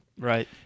Right